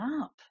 up